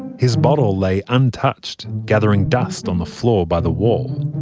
his bottle lay untouched, gathering dust, on the floor by the wall.